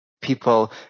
people